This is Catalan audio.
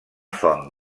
font